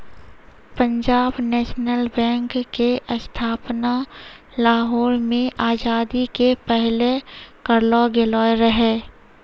Punjab National Bank के स्थापना लाहौर मे आजादी के पहिले करलो गेलो रहै